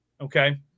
Okay